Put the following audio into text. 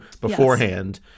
beforehand